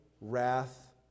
wrath